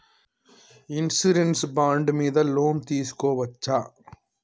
Insurance bond మీద loan తీస్కొవచ్చా?